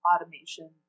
automation